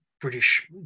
British